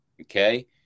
Okay